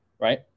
right